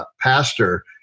pastor